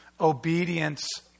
obedience